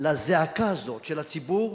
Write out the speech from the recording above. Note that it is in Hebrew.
לזעקה הזאת של הציבור.